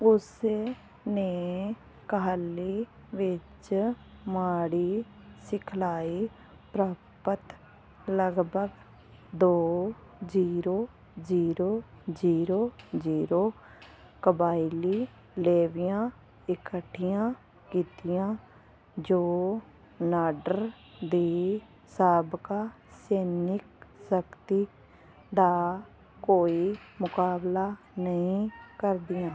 ਉਸ ਨੇ ਕਾਹਲੀ ਵਿੱਚ ਮਾੜੀ ਸਿਖਲਾਈ ਪ੍ਰਾਪਤ ਲਗਭਗ ਦੋ ਜ਼ੀਰੋ ਜ਼ੀਰੋ ਜ਼ੀਰੋ ਜ਼ੀਰੋ ਕਬਾਇਲੀ ਲੈਵੀਆਂ ਇਕੱਠੀਆਂ ਕੀਤੀਆਂ ਜੋ ਨਾਦਰ ਦੀ ਸਾਬਕਾ ਸੈਨਿਕ ਸ਼ਕਤੀ ਦਾ ਕੋਈ ਮੁਕਾਬਲਾ ਨਹੀਂ ਕਰਦੀਆਂ